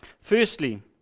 Firstly